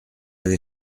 avez